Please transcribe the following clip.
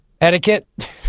etiquette